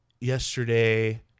yesterday